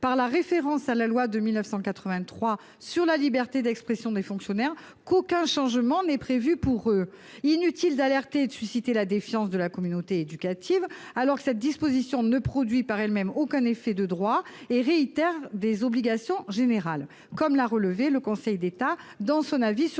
par la référence à la loi de 1983 sur la liberté d'expression des fonctionnaires, qu'aucun changement n'est prévu pour elle. Inutile d'alerter et de susciter la défiance de la communauté éducative alors que cette disposition « ne produit par elle-même aucun effet de droit et réitère des obligations générales », comme l'a relevé le Conseil d'État dans son avis sur le projet